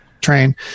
train